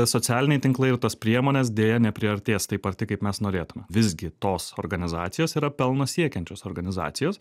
socialiniai tinklai ir tos priemonės deja nepriartės taip arti kaip mes norėtume visgi tos organizacijos yra pelno siekiančios organizacijos